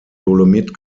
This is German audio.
dolomit